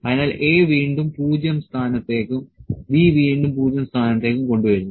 അതിനാൽ A വീണ്ടും 0 സ്ഥാനത്തേക്കും B വീണ്ടും 0 സ്ഥാനത്തേക്കും കൊണ്ടുവരുന്നു